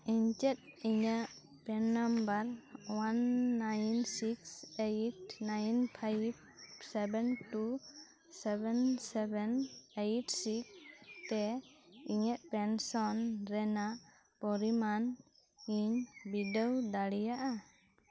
ᱤᱧ ᱪᱮᱫ ᱤᱧᱟᱹᱜ PAN number one nine six eight nine five seven two seven seven eight six ᱛᱮ ᱤᱧᱟᱹᱜ ᱯᱮᱱᱥᱮᱱ ᱨᱮᱱᱟᱜ ᱯᱚᱨᱤᱢᱟᱱ ᱤᱧ ᱵᱤᱰᱟᱹᱣ ᱫᱟᱲᱮᱭᱟᱜᱼᱟ